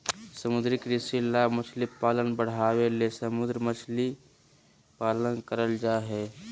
समुद्री कृषि लाभ मछली पालन बढ़ाबे ले समुद्र मछली पालन करल जय हइ